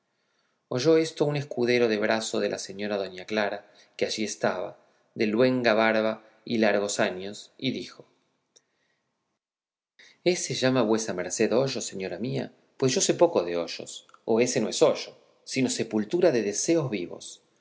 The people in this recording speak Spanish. oyó esto un escudero de brazo de la señora doña clara que allí estaba de luenga barba y largos años y dijo ése llama vuesa merced hoyo señora mía pues yo sé poco de hoyos o ése no es hoyo sino sepultura de deseos vivos